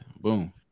Boom